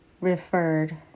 referred